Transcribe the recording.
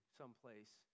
someplace